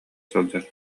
сылдьар